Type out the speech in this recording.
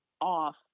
off